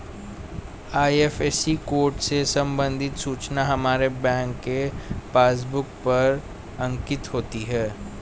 IFSC code से संबंधित सूचना हमारे बैंक के पासबुक पर अंकित होती है